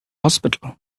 hospital